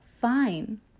fine